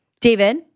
David